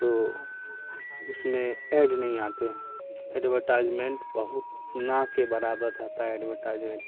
تو اس میں ایڈ نہیں آتے ہیں ایڈورٹائزمینٹ بہت نہ کے برابر رہتا ہے ایڈورٹائزمنٹ